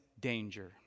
danger